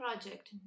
project